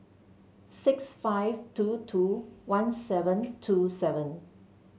six five two two one seven two seven